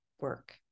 work